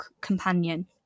companion